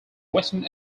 western